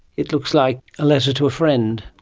it looks like a letter to a friend.